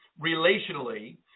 relationally